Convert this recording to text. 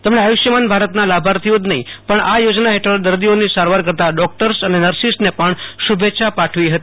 તેમણે આયુષ્માન ભારતના લાભાર્થીઓ જ નહીં પણ આ યોજના હેઠળ દર્દીઓની સારવાર કરતા ડોક્ટર અને નર્સોને પણ શુભેચ્છા પાઠવી હતી